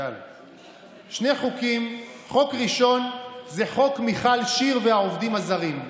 שני חוקים: חוק ראשון זה חוק מיכל שיר והעובדים הזרים,